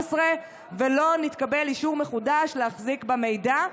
11 ולא התקבל אישור מחודש להחזיק במידע.